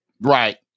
Right